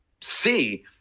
see